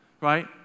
right